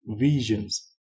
visions